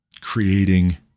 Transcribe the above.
creating